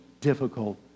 difficult